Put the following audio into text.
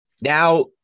Now